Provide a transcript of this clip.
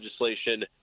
legislation